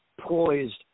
poised